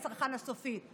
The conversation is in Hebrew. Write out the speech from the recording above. לצרכן הסופי.